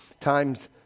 times